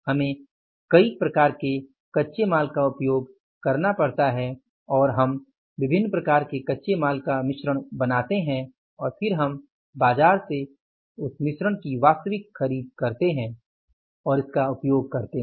हम कई प्रकार के कच्चे माल का उपयोग करते हैं और हम विभिन्न प्रकार के कच्चे माल का मिश्रण बनाते हैं और फिर हम बाजार से उस मिश्रण की वास्तविक खरीद करते हैं और उसका उपयोग करते हैं